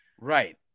Right